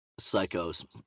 psychos